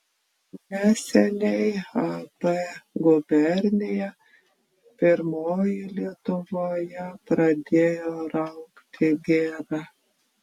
neseniai ab gubernija pirmoji lietuvoje pradėjo raugti girą